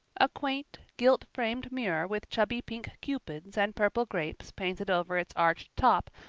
a quaint, gilt-framed mirror with chubby pink cupids and purple grapes painted over its arched top,